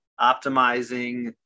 optimizing